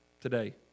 Today